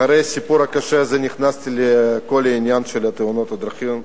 אחרי הסיפור הקשה הזה נכנסתי לכל העניין של תאונות הדרכים.